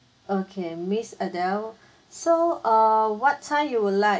okay miss adele so err what time you would like